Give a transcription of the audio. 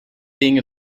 being